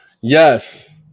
Yes